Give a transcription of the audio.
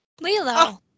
Lilo